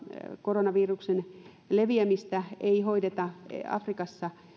koronaviruksen leviämistä ei hoideta afrikassa